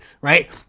Right